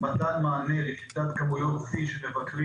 מתן מענה לקליטת כמויות שיא של מבקרים